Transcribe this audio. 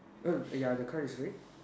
um ya the car is red